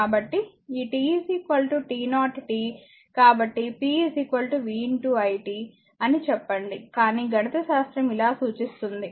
కాబట్టి p vi t అని చెప్పండి కాని గణితశాస్త్రం ఇలా సూచిస్తుంది